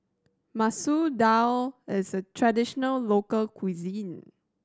Masoor Dal is a traditional local cuisine